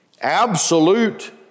Absolute